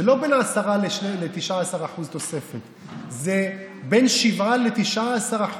זה לא בין 10% ל-19% תוספת, זה בין 7% ל-19%.